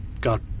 got